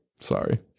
Sorry